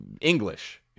English